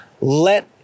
Let